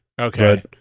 Okay